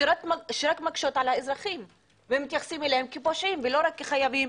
שרק מקשות על האזרחים ומתייחסות אליהם כפושעים ולא רק כחייבים,